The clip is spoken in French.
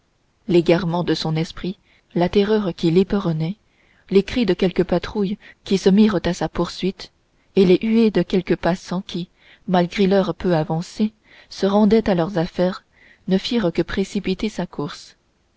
l'égarement de son esprit la terreur qui l'éperonnait les cris de quelques patrouilles qui se mirent à sa poursuite et les huées de quelques passants qui malgré l'heure peu avancée se rendaient à leurs affaires ne firent que précipiter sa course